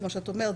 כמו שאת אומרת,